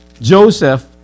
Joseph